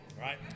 right